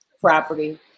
property